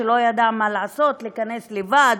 שלא ידע מה לעשות: להיכנס לבד,